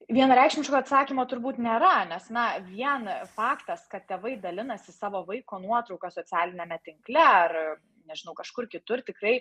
vienareikšmiško atsakymo turbūt nėra nes na vien faktas kad tėvai dalinasi savo vaiko nuotrauka socialiniame tinkle ar nežinau kažkur kitur tikrai